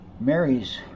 Mary's